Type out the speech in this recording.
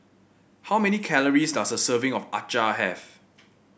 how many calories does a serving of acar have